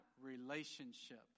relationship